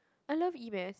I love E-math